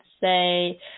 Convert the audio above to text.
say